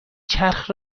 چرخ